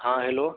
हाँ हेलो